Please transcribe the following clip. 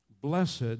blessed